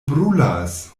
brulas